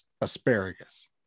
asparagus